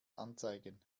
anzeigen